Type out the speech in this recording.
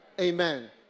Amen